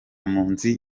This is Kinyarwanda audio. mpunzi